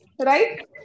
right